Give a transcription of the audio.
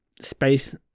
space